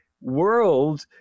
world